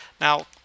Now